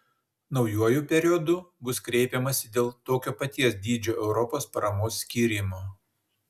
naujuoju periodu bus kreipiamasi dėl tokio paties dydžio europos paramos skyrimo